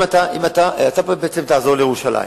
אם אתה תעזור לי בנושא ירושלים,